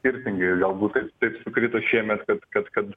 skirtingai galbūt kaip taip sukrito šiemet kad kad kad